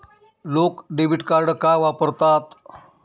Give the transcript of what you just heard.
लोक debit card का वापरतात?